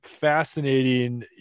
fascinating